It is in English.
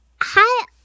Hi